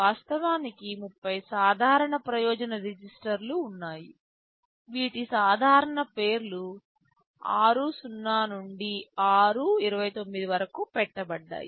వాస్తవానికి 30 సాధారణ ప్రయోజన రిజిస్టర్లు ఉన్నాయి వీటి సాధారణ పేర్లు r0 నుండి r29 వరకు పెట్టబడ్డాయి